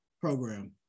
program